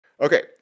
Okay